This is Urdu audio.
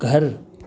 گھر